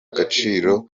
gaciro